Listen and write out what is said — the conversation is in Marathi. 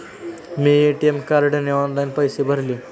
मी ए.टी.एम कार्डने ऑनलाइन पैसे भरले